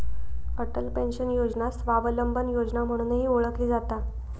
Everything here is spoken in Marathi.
अटल पेन्शन योजना स्वावलंबन योजना म्हणूनही ओळखली जाता